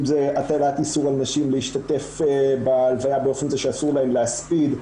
אם זה הטלת איסור על נשים להשתתף בהלוויה באופן זה שאסור להם להספיד.